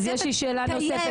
יש לי שאלה נוספת,